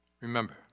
remember